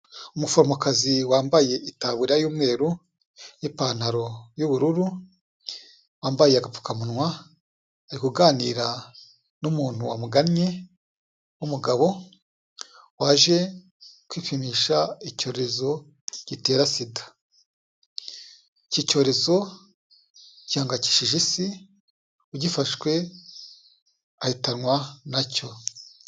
Umuforomokazi wambaye itaburiya y'umweru n'ipantaro y'ubururu, wambaye agapfukamunwa, ari kuganira n'umuntu wamugannye w'umugabo, waje kwipimisha icyorezo gitera SIDA, iki cyorezo gihangayikishije Isi, ugifashwe ahitanwa na cyo.